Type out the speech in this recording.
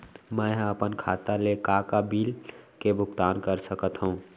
मैं ह अपन खाता ले का का बिल के भुगतान कर सकत हो